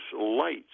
lights